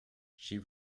she